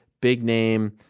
big-name